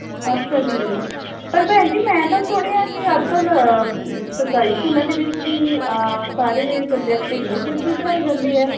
ਅੱਛਾ ਜੀ ਪਰ ਭੈਣ ਜੀ ਮੈਂ ਤਾਂ ਸੁਣਿਆ ਕਿ ਅੱਜਕੱਲ੍ਹ ਸਰਕਾਰੀ ਸਕੂਲਾਂ ਦੇ ਵਿੱਚ ਵੀ ਸਾਰੇ ਸਬਜੈਕਟ ਇੰਗਲਿਸ਼ ਵਿੱਚ ਵੀ ਪੜ੍ਹਾਈ ਜਾਂਦੇ ਆ